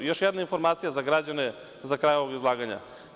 Još jedan informacija za građane za kraj ovog izlaganja.